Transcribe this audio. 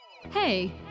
Hey